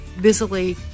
busily